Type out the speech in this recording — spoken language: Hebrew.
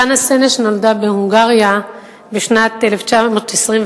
חנה סנש נולדה בהונגריה בשנת 1921,